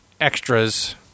extras